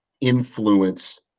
influence